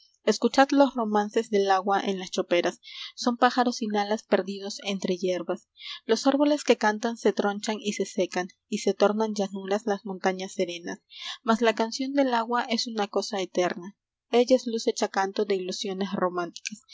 escuchad los romances del agua en las choperas son pájaros sin alas perdidos entre hierbas los árboles que cantan se tronchan y se secan y se tornan llanuras las montañas serenas mss la canción del agua es una cosa eterna ella es luz hecha canto de ilusiones románticas